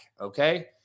okay